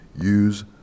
use